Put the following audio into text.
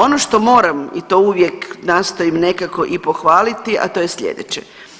Ono što moram i to uvijek nastojim nekako i pohvaliti, a to je slijedeće.